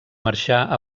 marxar